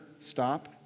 stop